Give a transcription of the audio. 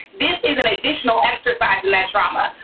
this is an additional exercise in that trauma.